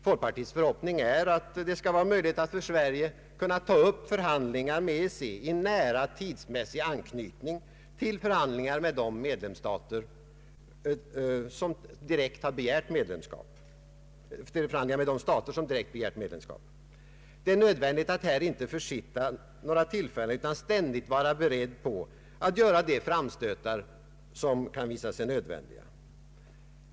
Folkpartiets förhoppning är att det skulle vara möjligt att för Sverige ta upp förhandlingar med EEC i nära tidsmässig anknytning till förhandlingar med de stater som direkt har begärt medlemskap. Det « är nödvändigt att här inte försitta tillfällena utan ständigt vara beredd på att göra de framstötar som kan visa sig nödvändiga.